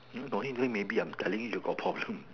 maybe I'm telling you you got problem